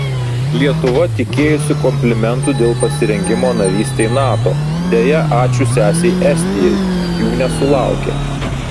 lietuva tikėjosi komplimentų dėl pasirengimo narystei nato deja ačiū sesei estijai jų nesulaukė